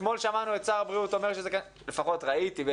אתמול שמענו את שר הבריאות אומר לפחות ראיתי,